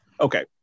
Okay